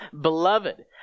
beloved